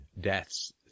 deaths